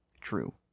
True